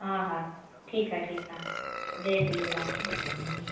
हा हा ठीकु आहे ठीकु आहे जय झूलेलाल